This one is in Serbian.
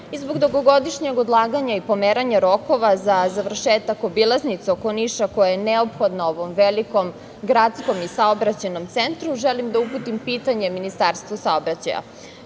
i zbog dugogodišnjeg odlaganja i pomeranja rokova za završetak obilaznice oko Niša, koja je neophodna ovom velikom gradskom i saobraćajnom centru, želim da uputim pitanje Ministarstvu saobraćaja